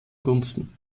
gunsten